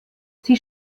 sie